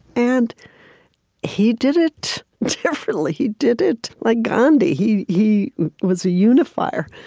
and he did it differently. he did it like gandhi. he he was a unifier.